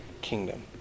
kingdom